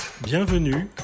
Bienvenue